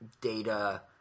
data